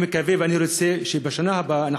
אני מקווה ואני רוצה שבשנה הבאה,